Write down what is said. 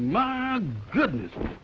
my goodness